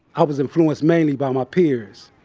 i was influenced mainly by my peers.